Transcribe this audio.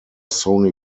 sony